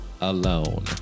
alone